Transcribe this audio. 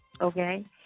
Okay